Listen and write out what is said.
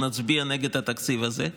נצביע נגד התקציב הזה,